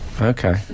okay